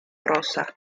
rosa